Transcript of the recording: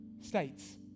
states